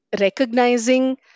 recognizing